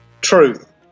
Truth